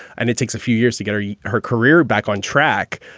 and it takes a few years to get her yeah her career back on track.